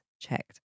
checked